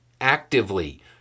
actively